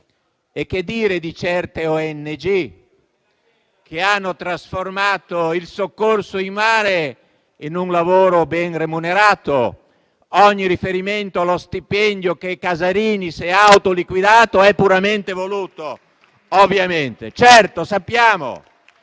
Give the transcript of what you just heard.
E che dire di certe ONG che hanno trasformato il soccorso in mare in un lavoro ben remunerato. Ogni riferimento allo stipendio che Casarini si è autoliquidato è puramente voluto, ovviamente.